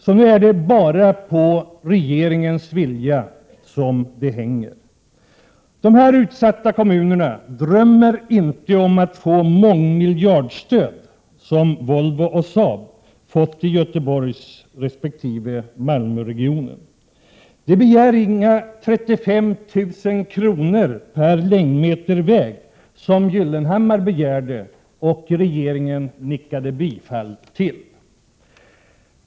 Nu hänger det alltså bara på regeringens vilja. De här utsatta kommunerna drömmer inte om att få mångmiljardstöd, som Volvo och Saab har fått i Göteborgsresp. Malmöregionen. De begär inga 35 000 kr. per längdmeter väg, som Gyllenhammar begärde och regeringen nickade bifall till.